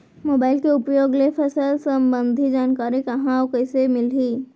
Mobile के उपयोग ले फसल सम्बन्धी जानकारी कहाँ अऊ कइसे मिलही?